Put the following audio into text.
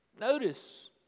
notice